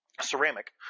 ceramic